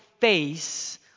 face